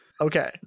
Okay